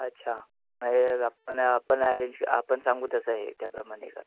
अच्छा म्हये आपण आपण अरेंज आपण सांगू तसं ए हे त्याप्रमाणे करतात